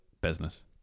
business